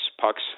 pucks